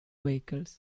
vehicles